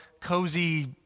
cozy